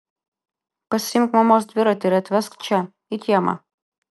pasiimk mamos dviratį ir atvesk čia į kiemą